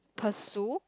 pursue